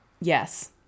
Yes